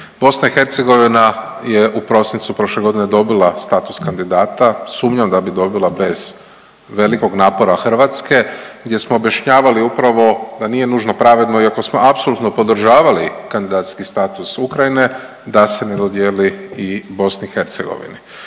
BiH je u prosincu prošle godine dobila status kandidata, sumnjam da bi dobila bez velikog napora Hrvatske gdje smo objašnjavali upravo da nije nužno pravedno iako smo apsolutno podržavali kandidacijski status Ukrajine, da se ne dodijeli i BiH. Naravno